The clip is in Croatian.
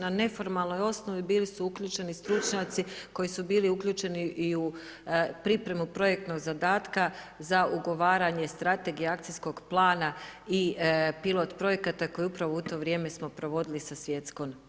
Na neformalnoj osnovi bili su uključeni stručnjaci koji su bili uključeni i u pripremu projektnog zadatka za ugovaranje strategije akcijskog plana i pilot projekata koje upravo u to vrijeme smo provodili sa Svjetskom bankom.